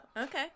okay